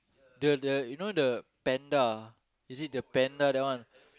the the you know the panda is it the panda that one